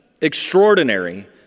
extraordinary